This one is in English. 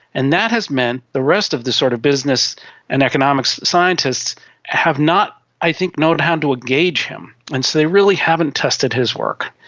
and that has meant the rest of the sort of business and economic scientists have not i think known how to engage him. and so they really haven't tested his work.